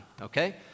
okay